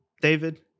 David